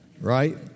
right